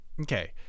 Okay